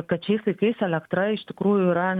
kad šiais laikais elektra iš tikrųjų yra